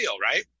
right